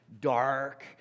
dark